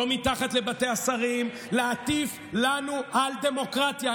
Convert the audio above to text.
לא מתחת לבתי השרים, להטיף לנו על דמוקרטיה.